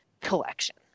collection